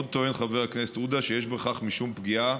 עוד טוען חבר הכנסת עודה שיש בכך משום פגיעה